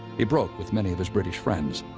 he broke with many of his british friends.